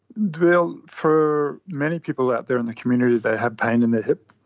well, for many people out there in the community that have pain in their hip,